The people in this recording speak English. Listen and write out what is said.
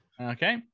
okay